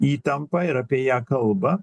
įtampą ir apie ją kalba